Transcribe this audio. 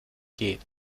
geht